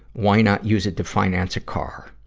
why not use it to finance a car?